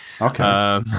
Okay